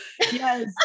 Yes